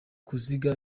kuziga